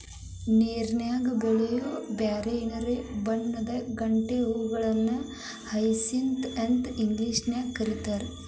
ನೇರನ್ಯಾಗ ಬೆಳಿಯೋ ಬ್ಯಾರ್ಬ್ಯಾರೇ ಬಣ್ಣಗಳ ಗಂಟೆ ಹೂಗಳನ್ನ ಹಯಸಿಂತ್ ಗಳು ಅಂತೇಳಿ ಇಂಗ್ಲೇಷನ್ಯಾಗ್ ಕರೇತಾರ